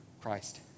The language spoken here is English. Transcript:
Christ